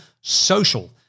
social